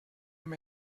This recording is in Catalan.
amb